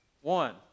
One